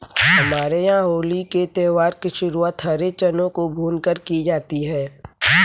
हमारे यहां होली के त्यौहार की शुरुआत हरे चनों को भूनकर की जाती है